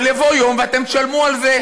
אבל יבוא יום ואתם תשלמו על זה.